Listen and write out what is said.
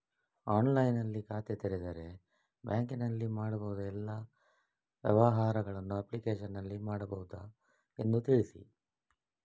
ಆನ್ಲೈನ್ನಲ್ಲಿ ಖಾತೆ ತೆರೆದರೆ ಬ್ಯಾಂಕಿನಲ್ಲಿ ಮಾಡಬಹುದಾ ಎಲ್ಲ ವ್ಯವಹಾರಗಳನ್ನು ಅಪ್ಲಿಕೇಶನ್ನಲ್ಲಿ ಮಾಡಬಹುದಾ ಎಂದು ತಿಳಿಸಿ?